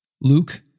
Luke